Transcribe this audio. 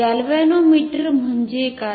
galvanometer म्हणजे काय